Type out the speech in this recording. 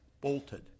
bolted